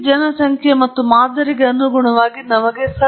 ಈ ಜನಸಂಖ್ಯೆ ಮತ್ತು ಮಾದರಿಗೆ ಅನುಗುಣವಾಗಿ ನಮಗೆ ಸತ್ಯ ಮತ್ತು ಅಂದಾಜು ಇದೆ